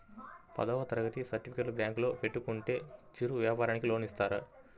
పదవ తరగతి సర్టిఫికేట్ బ్యాంకులో పెట్టుకుంటే చిరు వ్యాపారంకి లోన్ ఇస్తారా?